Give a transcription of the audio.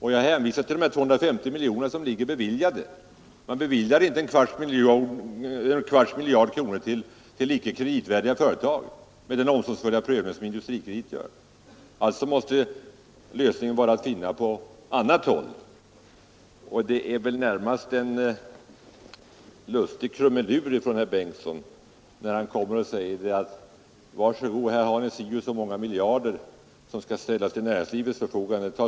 Jag hänvisar till att lån på 250 miljoner ligger beviljade. Man beviljar inte lån på en kvarts miljard kronor till icke kreditvärdiga företag med den omsorgsfulla prövning som Industrikredit gör. Alltså måste orsaken vara att finna på annat håll. Och det är väl närmast en lustig krumelur som herr Bengtsson gör när han säger: Var så goda — här har ni så och så många miljarder som skall ställas till näringslivets förfogande.